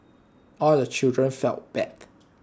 all the children felt bad